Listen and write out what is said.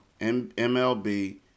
MLB